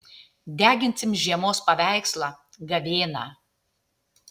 deginsim žiemos paveikslą gavėną